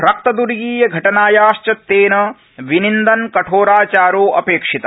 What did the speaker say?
रक्तद्र्गीय घटनायाश्च तेन विनिन्दन् कठोराचारो अपेक्षित